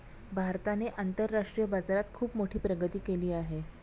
भारताने आंतरराष्ट्रीय बाजारात खुप मोठी प्रगती केली आहे